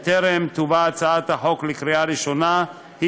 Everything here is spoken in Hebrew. בטרם תובא הצעת החוק לקריאה ראשונה היא